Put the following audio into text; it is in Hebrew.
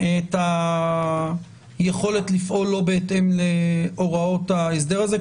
את היכולת לפעול לא בהתאם להוראות ההסדר הזה.